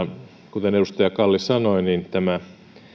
kuten edustaja kalli sanoi tämä